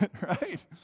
right